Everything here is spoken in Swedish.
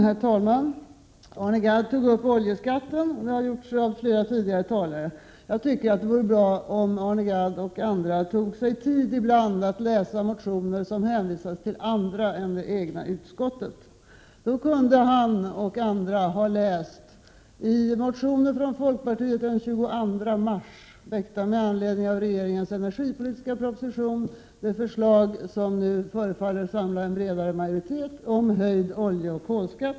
Herr talman! Arne Gadd tog upp oljeskatten, och det har gjorts också av flera tidigare talare. Jag tycker att det vore bra om Arne Gadd och andra ibland tog sig tid att läsa motioner som hänvisats till andra utskott än det egna utskottet. Då kunde han och andra i en motion från folkpartiet, väckt den 22 mars med anledning av regeringens energipolitiska proposition, ha läst det förslag om höjd oljeoch kolskatt som nu förefaller samla en bred majoritet.